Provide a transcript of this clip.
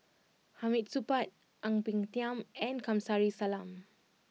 Hamid Supaat Ang Peng Tiam and Kamsari Salam